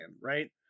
right